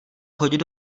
chodit